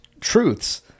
truths